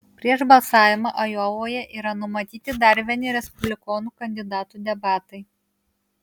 prieš balsavimą ajovoje yra numatyti dar vieni respublikonų kandidatų debatai